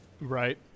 right